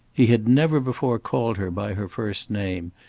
he had never before called her by her first name,